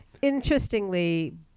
Interestingly